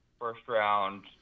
first-round